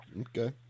Okay